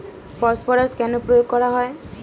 Phosphorus কেন প্রয়োগ করা হয়?